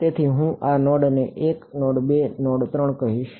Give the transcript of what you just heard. તેથી હું આ નોડને 1 નોડ 2 અને નોડ 3 કહીશ